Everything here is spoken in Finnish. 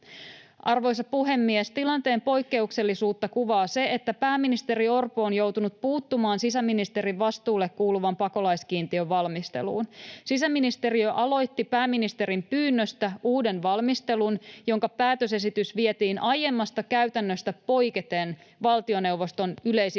Arvoisa puhemies! Tilanteen poikkeuksellisuutta kuvaa se, että pääministeri Orpo on joutunut puuttumaan sisäministerin vastuulle kuuluvan pakolaiskiintiön valmisteluun. Sisäministeriö aloitti pääministerin pyynnöstä uuden valmistelun, jonka päätösesitys vietiin aiemmasta käytännöstä poiketen valtioneuvoston yleisistuntoon,